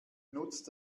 nutzt